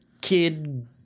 kid